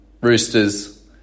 Roosters